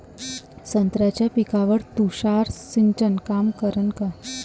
संत्र्याच्या पिकावर तुषार सिंचन काम करन का?